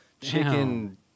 chicken